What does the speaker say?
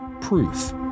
proof